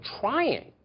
trying